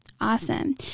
Awesome